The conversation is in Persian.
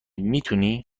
میتونی